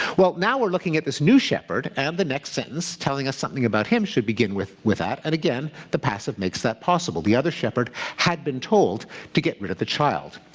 well, now we're looking at this new shepherd and the next sentence telling us something about him should begin with with that. and again, the passive makes that possible. the other shepherd had been told to get rid of the child.